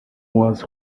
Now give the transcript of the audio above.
was